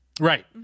Right